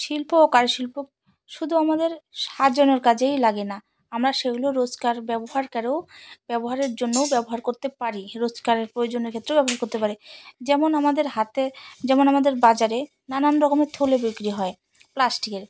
শিল্প ও কারু শিল্প শুধু আমাদের সাজানোর কাজেই লাগে না আমরা সেগুলো রোজকার ব্যবহারেও ব্যবহারের জন্যও ব্যবহার করতে পারি রোজকারের প্রয়োজীয় ক্ষেত্রেও ব্যবহার করতে পারি যেমন আমাদের হাতে যেমন আমাদের বাজারে নানান রকমের থলে বিক্রি হয় প্লাস্টিকের